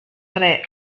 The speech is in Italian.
tre